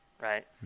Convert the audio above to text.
right